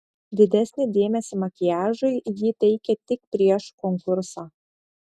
didesnį dėmesį makiažui ji teikė tik prieš konkursą